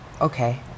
okay